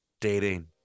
dating